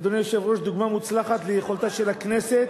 אדוני היושב-ראש, דוגמה מוצלחת ליכולתה של הכנסת